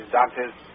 doctor's